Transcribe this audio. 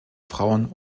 frauen